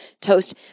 toast